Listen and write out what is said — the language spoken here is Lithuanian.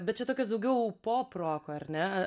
bet čia tokios daugiau poproko ar ne